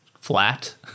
flat